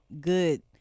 good